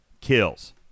kills